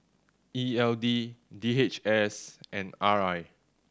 E L D D H S and R I